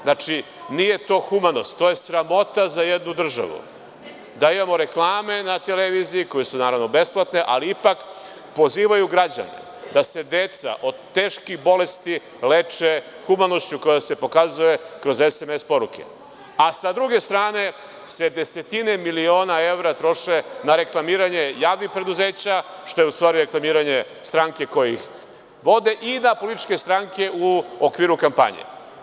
Znači, nije to humanost, to je sramota za jednu državu, da imamo reklame na televiziji, koje su naravno besplatne, ali ipak pozivaju građane da se deca od teških bolesti leče humanošću koja se pokazuje kroz sms poruke, a sa druge strane se desetine miliona evra troše na reklamiranje javnih preduzeća, što je u stvari reklamiranje stranke koje ih vode i na političke stranke u okviru kampanje.